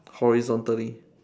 horizontally